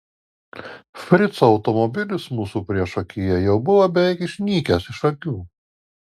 frico automobilis mūsų priešakyje jau buvo beveik išnykęs iš akių